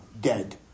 dead